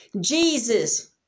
Jesus